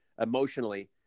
emotionally